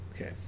okay